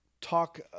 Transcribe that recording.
talk